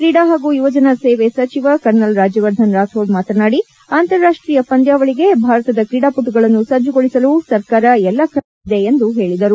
ಕ್ರೀಡೆ ಹಾಗೂ ಯುವಜನ ಸೇವೆ ಸಚಿವ ಕರ್ನಲ್ ರಾಜ್ಯವರ್ಧನ್ ರಾಥೋಡ್ ಮಾತನಾಡಿ ಅಂತಾರಾಷ್ಟೀಯ ಪಂದ್ಯಾವಳಿಗೆ ಭಾರತದ ಕ್ರೀಡಾಪಟುಗಳನ್ನು ಸಜ್ಜುಗೊಳಿಸಲು ಸರ್ಕಾರ ಎಲ್ಲ ಕ್ರಮಗಳನ್ನು ಕೈಗೊಂಡಿದೆ ಎಂದು ಹೇಳಿದರು